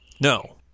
no